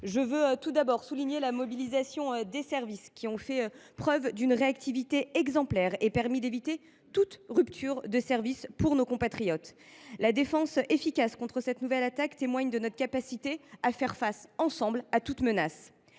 Je veux tout d’abord souligner la mobilisation des services, qui ont fait preuve d’une réactivité exemplaire et permis d’éviter toute rupture de service pour nos compatriotes. La défense efficace contre cette nouvelle attaque témoigne de notre capacité à faire face, ensemble, à toute menace.